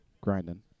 grinding